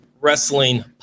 wrestling